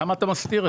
למה אתה מסתיר את זה?